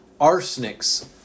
arsenics